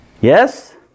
Yes